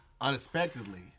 unexpectedly